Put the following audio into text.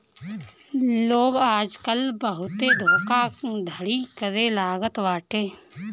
लोग आजकल बहुते धोखाधड़ी करे लागल बाटे